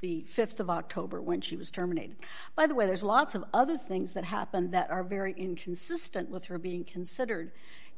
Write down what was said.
the th of october when she was terminated by the way there's lots of other things that happened that are very inconsistent with her being considered